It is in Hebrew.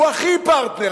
הוא הכי פרטנר.